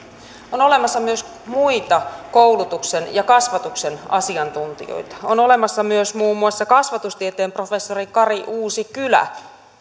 on olemassa myös muita koulutuksen ja kasvatuksen asiantuntijoita on olemassa myös muun muassa kasvatustieteen professori kari uusikylä